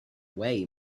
away